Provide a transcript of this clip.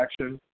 action